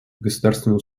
государственные